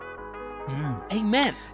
Amen